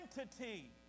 entity